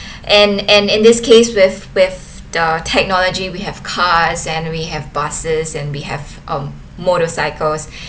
and and in this case with with the technology we have cars and we have buses and we have um motorcycles